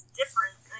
different